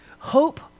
Hope